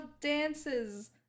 dances